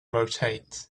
rotate